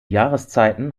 jahreszeiten